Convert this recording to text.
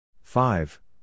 five